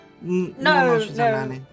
No